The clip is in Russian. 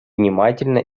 внимательно